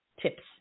tips